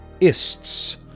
ists